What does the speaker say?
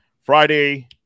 Friday